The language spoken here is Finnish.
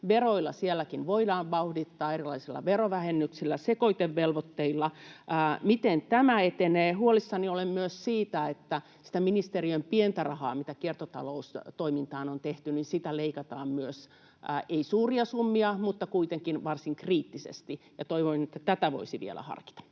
Veroilla sielläkin voidaan vauhdittaa, erilaisilla verovähennyksillä ja sekoitevelvoitteilla. Miten tämä etenee? Huolissani olen myös siitä, että sitä ministeriön pientä rahaa, mitä kiertotaloustoimintaan on tehty, leikataan myös, ei suuria summia, mutta kuitenkin varsin kriittisesti. Toivon, että tätä voisi vielä harkita.